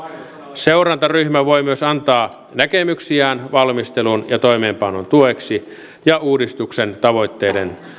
seurantaryhmä voi myös antaa näkemyksiään valmistelun ja toimeenpanon tueksi ja uudistuksen tavoitteiden